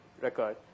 record